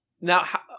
Now